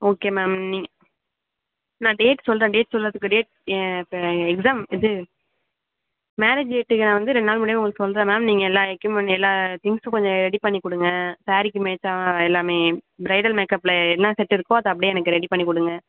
okay ma'am நீ நான் date சொல்கிறேன் டேட் சொல்கிறதுக்கு டேட் இப்போ எக்ஸாம் இது மேரேஜ் டேட்டுக்கு நான் வந்து ரெண்டு நாள் முன்னாடியே உங்களுக்கு சொல்கிறேன் மேம் நீங்கள் எல்லா எக்யுப்மெண்ட் எல்லா திங்க்ஸும் கொஞ்சம் ரெடி பண்ணி கொடுங்க ஸாரீக்கு மேட்ச்சாக எல்லாமே ப்ரைடல் மேக்கப்பில் என்ன செட்டு இருக்கோ அது அப்படியே எனக்கு ரெடி பண்ணி கொடுங்க